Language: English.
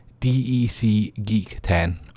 DECGEEK10